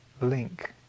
link